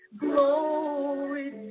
Glory